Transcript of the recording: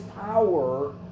power